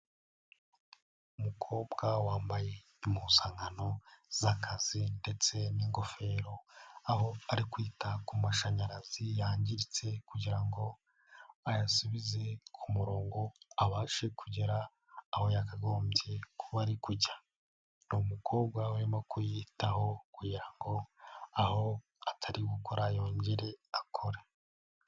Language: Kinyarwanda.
Umukobwa wambaye impuzankano z'akazi ndetse n'ingofero aho ari kwita ku mashanyarazi yangiritse kugira ngo ayasubize ku murongo abashe kugera aho yakagombye kuba ari kujya, ni umukobwa urimo kuyitaho kugira ngo aho atari gukora yongere akore.